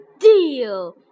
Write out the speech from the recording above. Deal